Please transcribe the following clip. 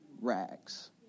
rags